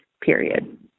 period